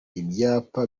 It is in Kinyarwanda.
ibyapa